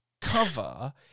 cover